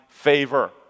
favor